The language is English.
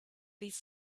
these